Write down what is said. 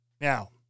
Now